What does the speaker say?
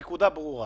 הנקודה ברורה.